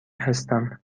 هستم